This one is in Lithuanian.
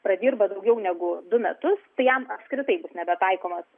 pradirba daugiau negu du metus tai jam apskritai bus nebetaikomas